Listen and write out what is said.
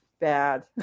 bad